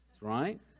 right